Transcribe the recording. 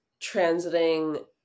transiting